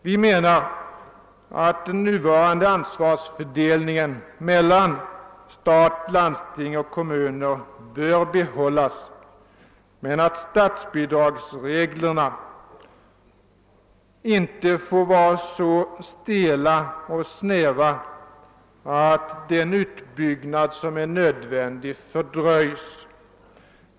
Vi menar att den nuvarande ansvarsfördelningen mellan stat, landsting och kommuner bör bibehållas men att statsbidragsreglerna inte får vara så stela och snäva att den utbyggnad som är nödvändig fördröjs.